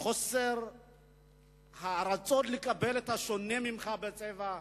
חוסר הרצון לקבל את השונה ממך בצבע,